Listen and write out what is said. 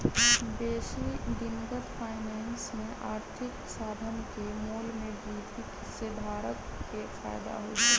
बेशी दिनगत फाइनेंस में आर्थिक साधन के मोल में वृद्धि से धारक के फयदा होइ छइ